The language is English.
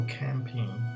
camping